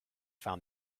found